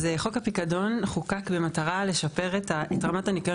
אז חוק הפיקדון חוקק במטרה לשפר את רמת הניקיון